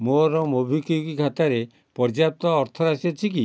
ମୋର ମୋବିକ୍ଵିକ୍ ଖାତାରେ ପର୍ଯ୍ୟାପ୍ତ ଅର୍ଥରାଶି ଅଛି କି